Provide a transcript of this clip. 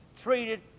treated